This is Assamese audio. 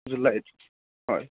জুলাইত হয়